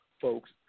folks